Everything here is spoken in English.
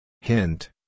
Hint